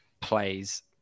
plays